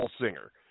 singer